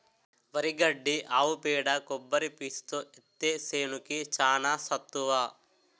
వరి గడ్డి ఆవు పేడ కొబ్బరి పీసుతో ఏత్తే సేనుకి చానా సత్తువ